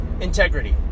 integrity